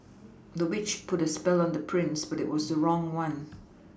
the witch put a spell on the prince but it was the wrong one